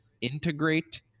integrate